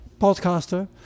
podcaster